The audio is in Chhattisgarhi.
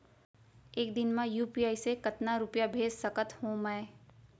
एक दिन म यू.पी.आई से कतना रुपिया भेज सकत हो मैं?